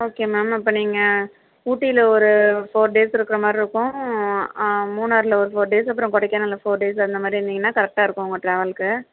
okay ma'am அப்போ நீங்கள் ஊட்டியில் ஒரு ஃபோர் டேஸ் இருக்கிற மாதிரி இருக்கும் மூணாரில் ஒரு ஃபோர் டேஸ் அப்புறம் கொடைக்கானல்ல ஃபோர் டேஸ் அந்த மாதிரி இருந்தீங்கன்னா கரெக்டாக இருக்கும் உங்கள் ட்ராவல்க்கு